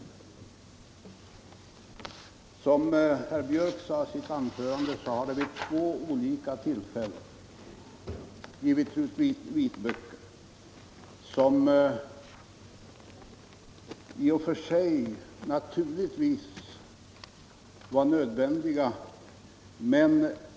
Såsom herr Björck i Nässjö sade i sitt anförande har det vid två olika tillfällen getts ut vitböcker, vilket naturligtvis i och för sig var nödvändigt.